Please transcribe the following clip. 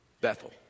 Bethel